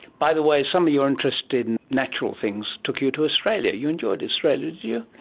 by the way, some of your interest in natural things took you to australia. you enjoyed australia, did you?